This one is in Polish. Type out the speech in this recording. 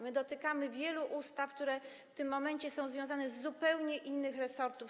My dotykamy wielu ustaw, które w tym momencie są związane z zupełnie innymi resortami.